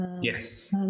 Yes